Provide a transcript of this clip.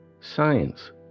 science